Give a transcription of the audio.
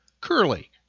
Curly